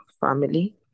family